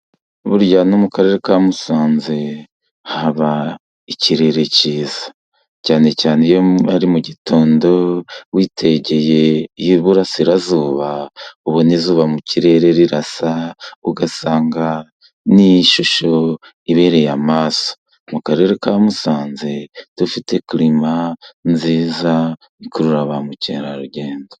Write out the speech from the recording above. Burya no mukarere ka Musanze haba ikirere cyiza cyane, cyane iyo hari mu gitondo witegeye iburasirazuba ubona izuba mu kirere rirasa ugasanga n'ishusho ibereye amaso. Mu karere ka Musanze dufite kirima nziza ikurura ba mukerarugendo.